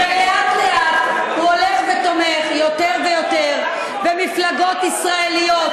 ולאט-לאט הוא הולך ותומך יותר ויותר במפלגות ישראליות,